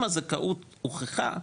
אם הזכאות הוכחה,